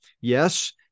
yes